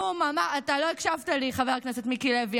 אתה לא הקשבת לי, חבר הכנסת מיקי לוי.